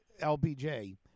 LBJ